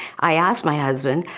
i asked my husband,